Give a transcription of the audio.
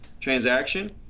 transaction